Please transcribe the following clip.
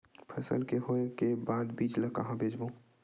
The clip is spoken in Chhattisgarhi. फसल के होय के बाद बीज ला कहां बेचबो?